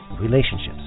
relationships